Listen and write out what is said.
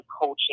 coaching